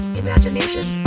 imagination